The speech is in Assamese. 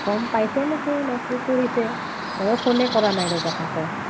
গম পাইছে নেকি নে কি কৰিছে মই ফোনে কৰা নাই ৰ'বা কাকো